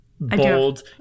bold